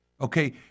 Okay